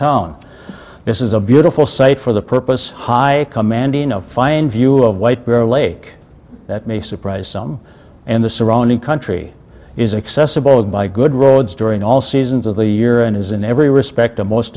town this is a beautiful site for the purpose high commanding a fine view of white bear lake that may surprise some and the surrounding country is accessible by good roads during all seasons of the year and is in every respect a most